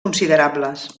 considerables